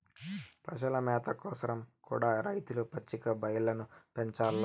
పశుల మేత కోసరం కూడా రైతులు పచ్చిక బయల్లను పెంచాల్ల